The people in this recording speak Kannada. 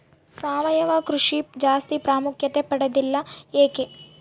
ಸಾವಯವ ಕೃಷಿ ಜಾಸ್ತಿ ಪ್ರಾಮುಖ್ಯತೆ ಪಡೆದಿಲ್ಲ ಯಾಕೆ?